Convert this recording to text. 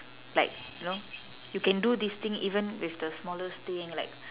like you know you can do this thing even with the smallest thing like